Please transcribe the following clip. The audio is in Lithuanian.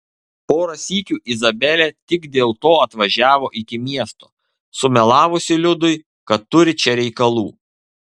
porą sykių izabelė tik dėl to atvažiavo iki miesto sumelavusi liudui kad turi čia reikalų